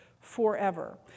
forever